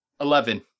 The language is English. Eleven